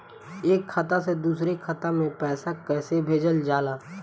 एक खाता से दुसरे खाता मे पैसा कैसे भेजल जाला?